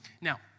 Now